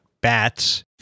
bats